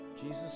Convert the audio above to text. Jesus